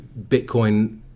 Bitcoin